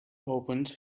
opened